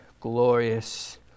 glorious